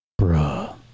Bruh